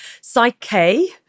psyche